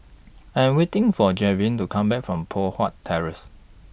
I Am waiting For Javion to Come Back from Poh Huat Terrace